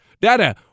Dada